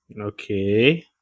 Okay